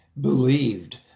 believed